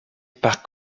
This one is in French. par